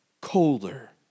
colder